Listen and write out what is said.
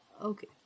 okay